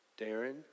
Darren